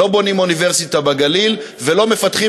לא בונים אוניברסיטה בגליל ולא מפתחים